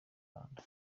rwanda